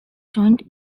joined